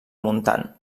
muntant